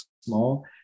small